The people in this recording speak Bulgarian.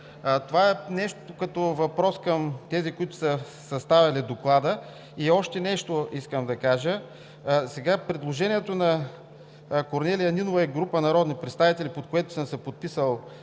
Това е нещо като въпрос към тези, които са съставяли Доклада. И още нещо искам да кажа: сега предложението на Корнелия Нинова и група народни представители, под което съм се подписал